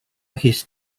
his